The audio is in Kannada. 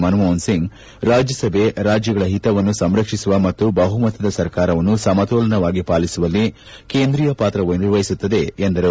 ಮನಮೋಹನ ಸಿಂಗ್ ರಾಜ್ಯಸಭೆ ರಾಜ್ಗಳ ಹಿತವನ್ನು ಸಂರಕ್ಷಿಸುವ ಮತ್ತು ಬಹುಮತದ ಸರ್ಕಾರವನ್ನು ಸಮತೋಲನವಾಗಿ ಪಾಲಿಸುವಲ್ಲಿ ಕೇಂದ್ರೀಯ ಪಾತ್ರ ನಿರ್ವಹಿಸುತ್ತದೆ ಎಂದರು